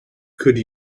could